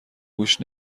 گوش